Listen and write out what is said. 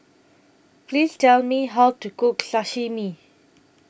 Please Tell Me How to Cook Sashimi